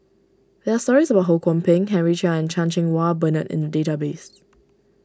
there are stories about Ho Kwon Ping Henry Chia and Chan Cheng Wah Bernard in the database